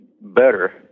better